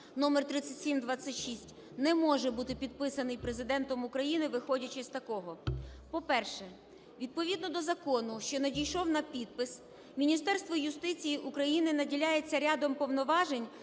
(№3726) не може бути підписаний Президентом України, виходячи з такого. По-перше, відповідно до закону, що надійшов на підпис, Міністерство юстиції України наділяється рядом повноважень